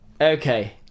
Okay